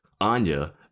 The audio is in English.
Anya